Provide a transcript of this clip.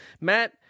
Matt